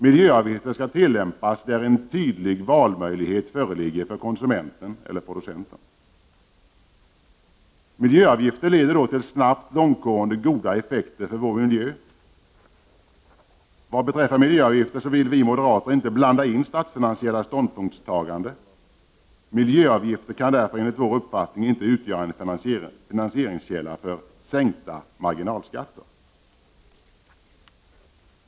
Miljöavgifter skall användas där en tydlig valmöjlighet föreligger för konsumenten eller producenten. Miljöavgifter leder då snabbt till långtgående, goda effekter för vår miljö. Vad beträffar miljöavgifter vill vi moderater inte blanda in statsfinansiella ståndpunktstaganden. Miljöavgifter kan därför enligt vår uppfattning inte utgöra en källa för finansiering av en marginalskattesänkning.